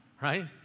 Right